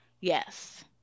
Yes